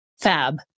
Fab